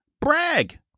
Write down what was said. brag